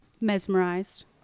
mesmerized